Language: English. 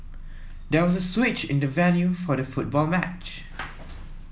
there was a switch in the venue for the football match